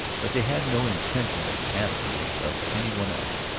but they had no intention of asking it of any one else.